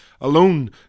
alone